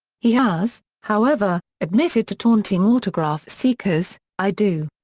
he has, however, admitted to taunting autograph-seekers i do.